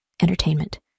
entertainment